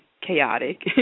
chaotic